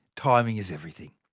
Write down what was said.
timing is everything.